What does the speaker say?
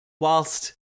Whilst